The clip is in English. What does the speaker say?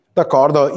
D'accordo